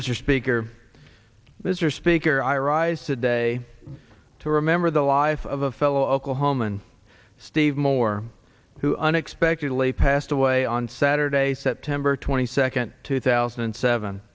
mr speaker mr speaker i rise today to remember the life of a fellow oklahoman steve moore who unexpectedly passed away on saturday september twenty second two thousand and seven